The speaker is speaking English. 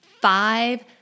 five